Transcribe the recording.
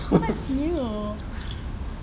what's new